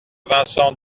vincent